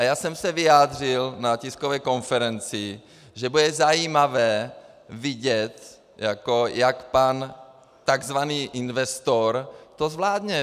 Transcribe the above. Já jsem se vyjádřil na tiskové konferenci, že bude zajímavé vidět, jak pan tzv. investor to zvládne.